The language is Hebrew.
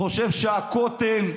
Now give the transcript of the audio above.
חושב שהכותל,